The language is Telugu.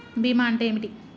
బీమా అంటే ఏమిటి?